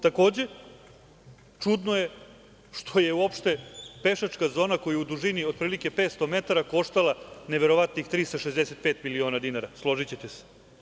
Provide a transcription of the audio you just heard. Takođe, čudno je što je uopšte pešačka zona koja je u dužini otprilike 500 metara koštala neverovatnih 365 miliona dinara, složićete se.